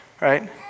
Right